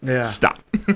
stop